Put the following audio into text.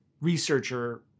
researcher